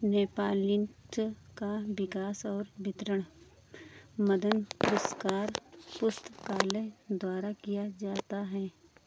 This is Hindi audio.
नेपालिनक्स का विकास और वितरण मदन पुरस्कार पुस्तकालय द्वारा किया जाता है